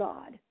God